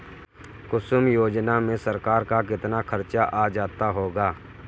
कुसुम योजना में सरकार का कितना खर्चा आ जाता होगा